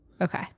Okay